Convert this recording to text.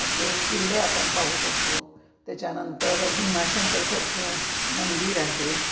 असे किल्ले आपण पाहू शकतो त्याच्यानंतर भीमाशंकरसारखं मंदिर आहे